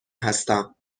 هستم